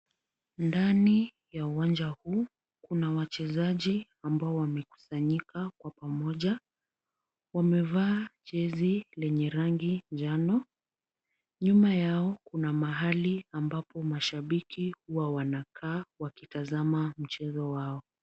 Ndani ya uwanja huu kuna wachezaji ambao wamekusanyika kwa pamoja, wamevaa jezi lenye rangi njano. Nyuma yao kuna mahali ambapo mashabiki huwa wanakaa wakitazama mchezo wao.